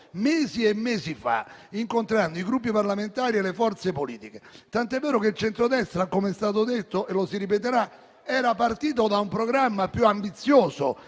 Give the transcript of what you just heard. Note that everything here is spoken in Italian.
mesi e mesi fa, incontrando i Gruppi parlamentari e le forze politiche, tant'è vero che il centrodestra, come è stato detto - e lo si ripeterà -, era partito da un programma più ambizioso